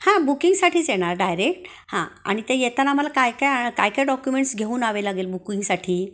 हां बुकिंगसाठीच येणार डायरेक्ट हां आणि ते येताना आम्हाला काय काय काय काय डॉक्युमेंट्स घेऊन यावे लागेल बुकुंगसाठी